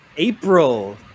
April